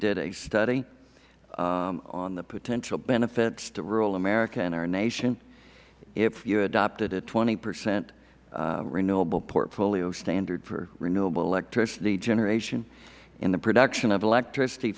did a study on the potential benefits to rural america and our nation if you adopted a twenty percent renewable portfolio standard for renewable electricity generation and the production of electricity